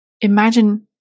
Imagine